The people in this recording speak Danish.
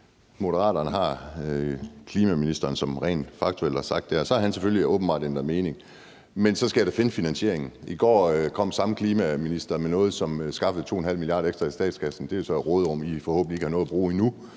og en minister, som rent faktuelt har sagt det, og så har han så åbenbart ændret mening. Men så skal jeg da finde finansieringen. I går kom samme klimaminister med noget, som skaffede 2,5 mia. kr. ekstra i statskassen. Det er så et råderum, I forhåbentlig ikke har nået at bruge endnu,